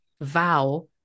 vow